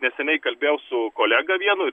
neseniai kalbėjau su kolega vienu